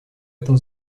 этом